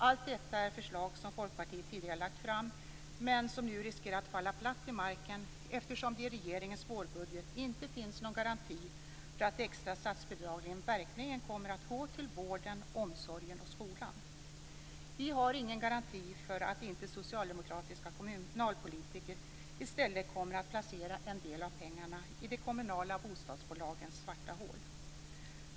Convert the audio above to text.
Allt detta är förslag som Folkpartiet tidigare lagt fram men som nu riskerar att falla platt till marken eftersom det i regeringens vårbudget inte finns någon garanti för att de extra statsbidragen verkligen kommer att gå till vården, omsorgen och skolan. Vi har ingen garanti för att inte socialdemokratiska kommunalpolitiker i stället kommer att placera en del av pengarna i de kommunala bostadsbolagens svarta hål.